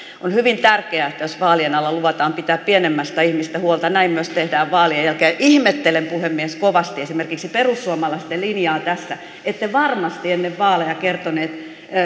on hyvin tärkeää että jos vaalien alla luvataan pitää pienemmistä ihmisistä huolta näin myös tehdään vaalien jälkeen ihmettelen puhemies kovasti esimerkiksi perussuomalaisten linjaa tässä ette varmasti ennen vaaleja kertoneet